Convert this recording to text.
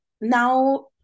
Now